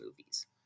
movies